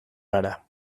gara